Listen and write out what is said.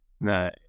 No